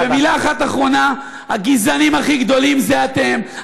ומילה אחת אחרונה, הגזענים הכי גדולים זה אתם.